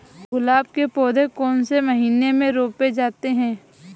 गुलाब के पौधे कौन से महीने में रोपे जाते हैं?